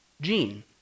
gene